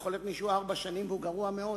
יכול להיות מישהו ארבע שנים והוא גרוע מאוד,